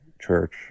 church